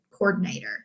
coordinator